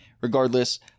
Regardless